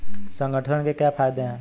संगठन के क्या फायदें हैं?